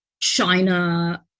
China